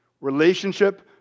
Relationship